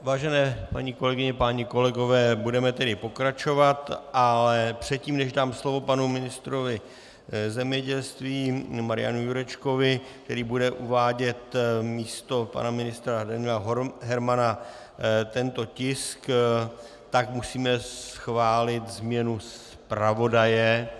Vážené paní kolegyně, páni kolegové, budeme tedy pokračovat, ale předtím, než dám slovo panu ministrovi zemědělství Marianu Jurečkovi, který bude uvádět místo pana ministra Daniela Hermana tento tisk, tak musíme schválit změnu zpravodaje.